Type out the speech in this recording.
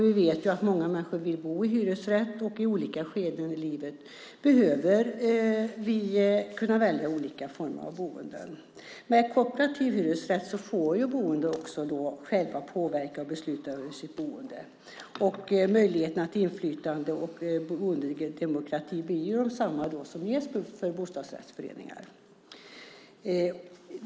Vi vet att många människor vill bo i hyresrätt, och i olika skeden i livet behöver vi kunna välja mellan olika former av boenden. Med kooperativ hyresrätt får de boende också själva påverka och besluta över sitt boende. Möjligheterna till inflytande och boendedemokrati blir desamma som ges för bostadsrättsföreningar.